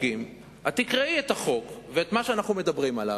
את תקראי את החוק ואת מה שאנחנו מדברים עליו,